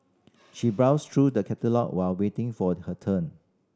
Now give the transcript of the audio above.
she browsed through the catalogue while waiting for her turn